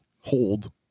hold